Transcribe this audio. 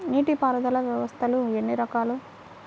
నీటిపారుదల వ్యవస్థలు ఎన్ని రకాలు?